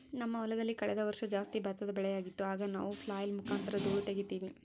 ನಮ್ಮ ಹೊಲದಲ್ಲಿ ಕಳೆದ ವರ್ಷ ಜಾಸ್ತಿ ಭತ್ತದ ಬೆಳೆಯಾಗಿತ್ತು, ಆಗ ನಾವು ಫ್ಲ್ಯಾಯ್ಲ್ ಮುಖಾಂತರ ಧೂಳು ತಗೀತಿವಿ